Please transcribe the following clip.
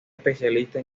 especialista